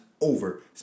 over